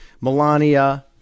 Melania